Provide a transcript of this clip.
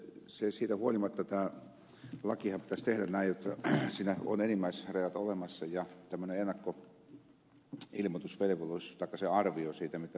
mutta siitä huolimatta tämä lakihan pitäisi tehdä näin jotta siinä on enimmäisrajat olemassa ja tämmöinen ennakkoilmoitusvelvollisuus taikka arvio siitä mitä se mahdollisesti on koska antaa se nyt jonkun suunnan